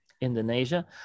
Indonesia